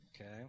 Okay